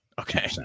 Okay